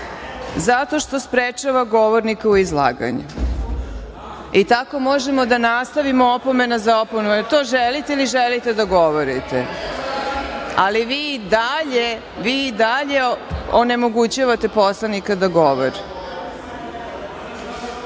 zato što sprečava govornika u izlaganju. I tako možemo da nastavimo, opomenu za opomenom, jel to želite ili želite da govorite? Vi i dalje onemogućavate poslanika da govori.(